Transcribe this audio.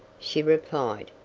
she replied,